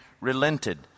relented